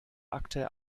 akte